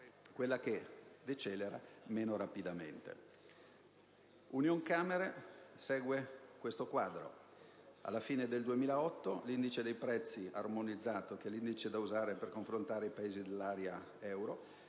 quella che decelera meno rapidamente. Unioncamere segue questo quadro: alla fine del 2008 l'indice dei prezzi armonizzati (che è quello usato per confrontare i Paesi dell'area euro)